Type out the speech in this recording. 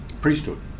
priesthood